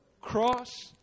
cross